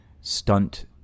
stunt